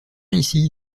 ici